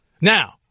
Now